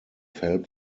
help